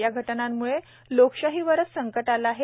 या घटनांम्ळे लोकशाहीवरच संकट आले आहे